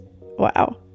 Wow